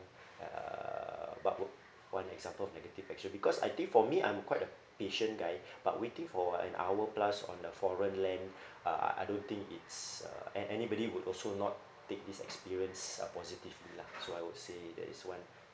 uh but w~ one example of negative experience because I think for me I'm quite a patient guy but waiting for an hour plus on the foreign land uh I don't think it's uh an anybody would also not take this experience uh positively lah so I would say that is one